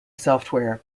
software